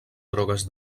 drogues